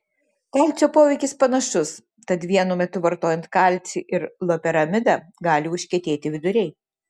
kalcio poveikis panašus tad vienu metu vartojant kalcį ir loperamidą gali užkietėti viduriai